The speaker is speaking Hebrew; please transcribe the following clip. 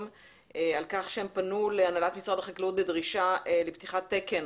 על כך שהם פנו להנהלת משרד החקלאות בדרישה לפתיחת תקן